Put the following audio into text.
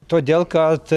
todėl kad